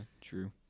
true